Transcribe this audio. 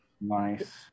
Nice